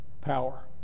power